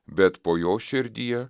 bet po jo širdyje